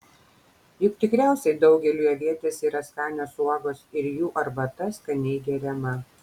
juk tikriausiai daugeliui avietės yra skanios uogos ir jų arbata skaniai geriama